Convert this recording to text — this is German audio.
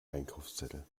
einkaufszettel